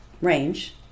range